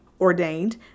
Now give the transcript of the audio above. Ordained